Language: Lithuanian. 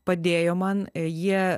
padėjo man jie